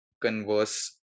converse